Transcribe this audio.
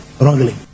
wrongly